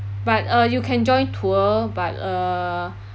but uh you can join tour but uh